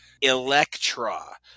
Electra